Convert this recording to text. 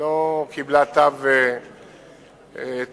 ולא קיבלה תו תקן.